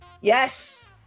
Yes